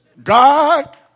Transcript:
God